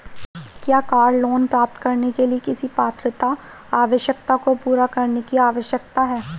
क्या car loan प्राप्त करने के लिए किसी पात्रता आवश्यकता को पूरा करने की आवश्यकता है?